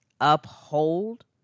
uphold